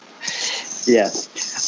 Yes